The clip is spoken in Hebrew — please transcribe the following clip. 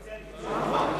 אתה מציע לי למשוך את החוק?